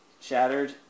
shattered